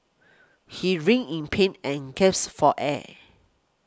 he writhed in pain and gaps for air